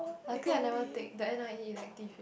luckily I never take the N_I_E elective